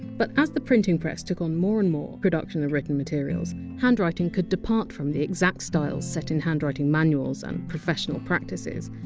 but as the printing press took on more and more production of written materials, handwriting could depart from the exact styles set in handwriting manuals and professional practices,